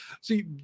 See